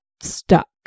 stuck